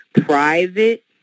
private